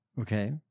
Okay